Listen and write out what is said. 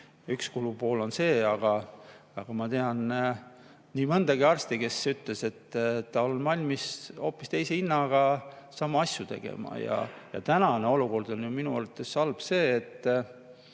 üks kulupool on see. Aga ma tean nii mõndagi arsti, kes ütles, et ta on valmis hoopis teise hinnaga sama asju tegema. Ja tänane olukord on minu arvates halb selles